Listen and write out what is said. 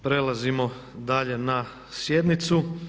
Prelazimo dalje na sjednicu.